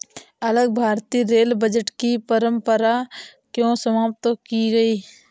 अलग भारतीय rail budget की परंपरा क्यों समाप्त की गई?